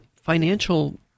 financial